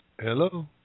Hello